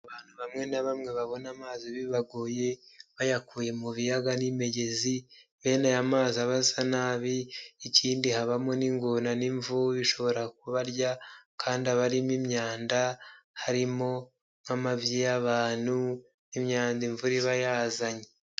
Bamwe na bamwe babona amazi bibagoye bayakuye mu biyaga n'imigezi bene aya mazi aba asa nabi, ikindi habamo n'ingona n'imvubu bishobora kubarya kandi aba arimo imyanda, harimo nk'amabyi y'abantu n'imyanda imvura iba yazanye.